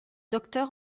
docteur